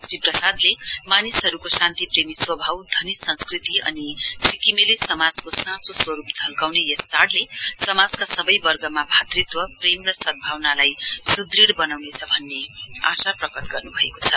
श्री प्रसादले मानिसहरुको शान्ति प्रेमी स्वभाव धनी संस्कृति अनि सिक्किमेली समाजको साँचो स्वरुप झल्काउने यस चाढ़ले समाजका सवै वर्गमा भातृत्व प्रेम र सद्धावनालाई सुदृढ़ वनाउनेछ भन्ने आशा प्रकट गर्नुभएको छ